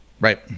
Right